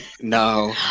no